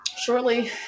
Shortly